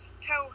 tell